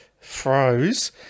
froze